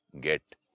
get